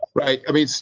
right, i mean,